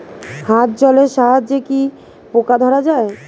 হাত জলের সাহায্যে কি পোকা ধরা যায়?